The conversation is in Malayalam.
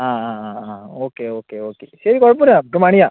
ആ ആ ആ ആ ഓക്കെ ഓക്കെ ഓക്കെ ശരി കുഴപ്പമില്ല നമുക്ക് പണിയാം